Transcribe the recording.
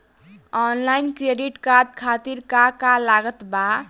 Online credit card खातिर का का लागत बा?